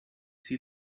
see